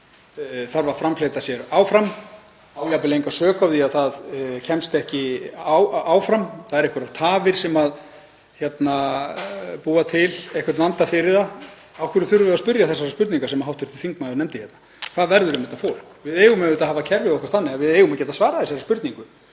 hér, þarf að framfleyta sér áfram, á jafnvel enga sök á því að það kemst ekki áfram, það eru einhverjar tafir sem hér búa til einhvern vanda fyrir það — af hverju þurfum við að spyrja þessarar spurningar sem hv. þingmaður nefndi hérna? Hvað verður um þetta fólk? Við eigum auðvitað að hafa kerfið okkar þannig að við eigum að geta svarað þessari spurningu.